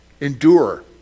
endure